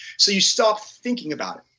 so you stop thinking about it.